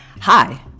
Hi